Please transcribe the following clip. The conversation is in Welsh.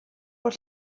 bod